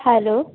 hello